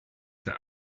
der